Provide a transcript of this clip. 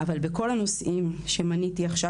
אבל בכל הנושאים שמניתי עכשיו,